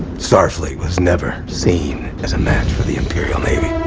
starfleet was never seen as a match for the imperial navy.